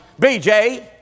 BJ